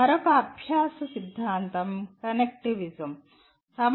మరొక అభ్యాస సిద్ధాంతం "కనెక్టివిజం"